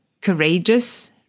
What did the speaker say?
courageous